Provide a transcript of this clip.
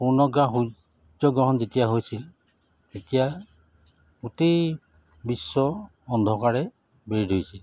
পূৰ্ণগ্ৰাহ সূৰ্যগ্ৰহণ যেতিয়া হৈছিল তেতিয়া গোটেই বিশ্ব অন্ধকাৰে বেৰি ধৰিছিল